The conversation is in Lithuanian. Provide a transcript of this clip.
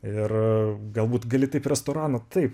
ir galbūt gali taip restorano taip